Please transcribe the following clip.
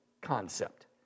concept